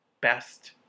best